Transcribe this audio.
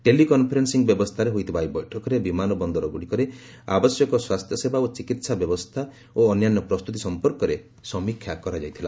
ଟେଲି conferencing ବ୍ୟବସ୍ଥାରେ ହୋଇଥିବା ଏହି ବୈଠକରେ ବିମାନ ବନ୍ଦରଗୁଡ଼ିକରେ ଆବଶ୍ୟକ ସ୍ୱାସ୍ଥ୍ୟସେବା ଓ ଚିକିତ୍ସା ବ୍ୟବସ୍ଥା ଓ ଅନ୍ୟାନ୍ୟ ପ୍ରସ୍ତୁତି ସଂପର୍କରେ ସମୀକ୍ଷା କରାଯାଇଥିଲା